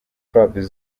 clubs